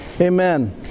Amen